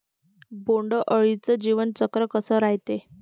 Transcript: बोंड अळीचं जीवनचक्र कस रायते?